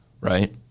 Right